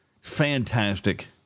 fantastic